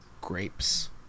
Grapes